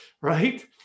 right